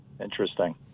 Interesting